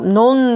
non